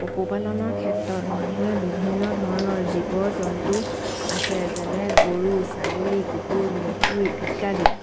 পশুপালনৰ ক্ষেত্ৰত মানুহে বিভিন্ন ধৰণৰ জীৱ জন্তু আছে যেনে গৰু ছাগলী কুকুৰ মেকুৰী ইত্যাদি